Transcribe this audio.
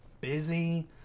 busy